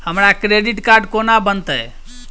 हमरा credit card कोना बनतै?